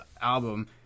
album